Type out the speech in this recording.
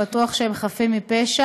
הוא בטוח שהם חפים מפשע,